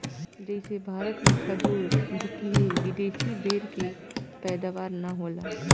जइसे भारत मे खजूर, जूकीनी, विदेशी बेरी के पैदावार ज्यादा ना होला